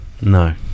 No